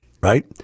Right